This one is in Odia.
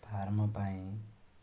ଫାର୍ମ ପାଇଁ